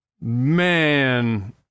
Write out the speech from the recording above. man